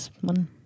one